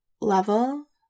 level